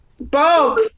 Bob